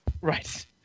Right